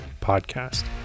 podcast